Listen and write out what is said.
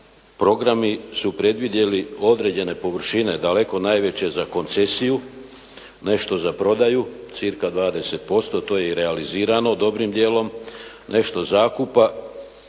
programi su predvidjeli određene površine, daleko najveće za koncesiju, nešto za prodaju cca. 20% to je i realizirano dobrim dijelom, nešto zakupa,